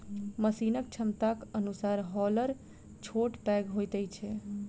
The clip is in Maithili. मशीनक क्षमताक अनुसार हौलर छोट पैघ होइत छै